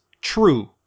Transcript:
true